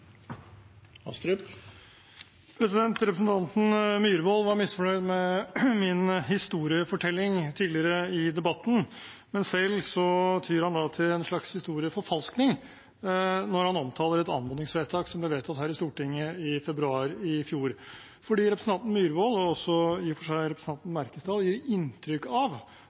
Representanten Myhrvold var misfornøyd med min historiefortelling tidligere i debatten, men selv tyr han til en slags historieforfalskning når han omtaler et anmodningsvedtak her i Stortinget fra februar i fjor. Representanten Myhrvold og i og for seg også representanten Merkesdal gir inntrykk av at det ble fattet et vedtak der Solberg-regjeringen skulle komme tilbake og utrede en meny av